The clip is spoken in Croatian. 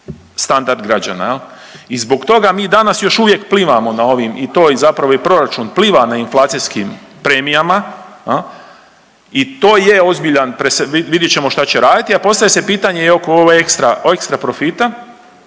I zbog toga mi danas još uvijek plivamo na ovim i to i zapravo i proračun pliva na inflacijskim premijama jel i to je ozbiljan prese…, vidit ćemo šta će raditi, a postavlja se pitanje i oko ove